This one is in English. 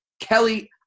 Kelly